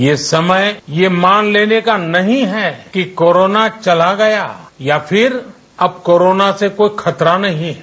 यह समय यह मान लेने का नहीं है कि कोरोना चला गया या फिर अब कोरोना से कोई खतरा नहीं है